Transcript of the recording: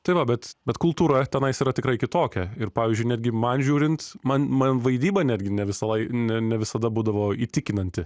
tai va bet bet kultūra tenais yra tikrai kitokia ir pavyzdžiui netgi man žiūrint man man vaidyba netgi ne visą lai ne visada būdavo įtikinanti